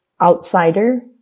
outsider